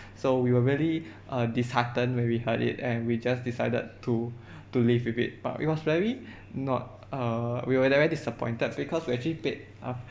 so we were really uh disheartened when we heard it and we just decided to to live with it but it was very not err we were very disappointed because we actually paid ah